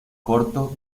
corto